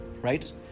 right